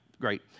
great